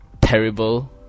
Terrible